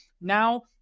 now